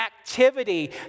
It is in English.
activity